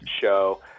show